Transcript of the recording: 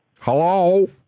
Hello